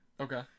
Okay